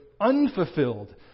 unfulfilled